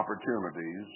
Opportunities